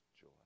joy